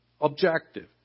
objective